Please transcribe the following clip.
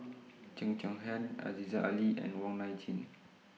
Cheo Chai Hiang Aziza Ali and Wong Nai Chin